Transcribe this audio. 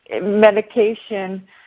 medication